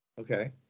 Okay